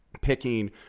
Picking